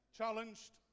challenged